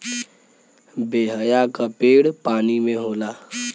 बेहया क पेड़ पानी में होला